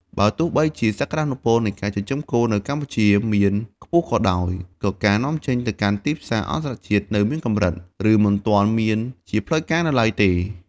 បើទោះបីជាសក្តានុពលនៃការចិញ្ចឹមគោនៅកម្ពុជាមានខ្ពស់ក៏ដោយ ក៏ការនាំចេញទៅកាន់ទីផ្សារអន្តរជាតិនៅមានកម្រិត ឬមិនទាន់មានជាផ្លូវការនៅឡើយទេ។